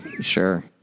Sure